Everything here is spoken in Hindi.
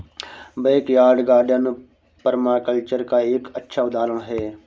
बैकयार्ड गार्डन पर्माकल्चर का एक अच्छा उदाहरण हैं